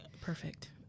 Perfect